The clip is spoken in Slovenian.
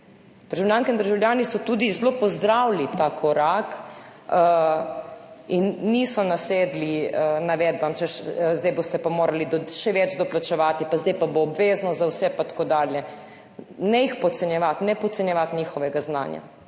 Državljanke in državljani so tudi zelo pozdravili ta korak in niso nasedli navedbam, češ, zdaj boste pa morali še več doplačevati pa zdaj bo pa obvezno za vse pa tako dalje. Ne jih podcenjevati, ne podcenjevati njihovega znanja.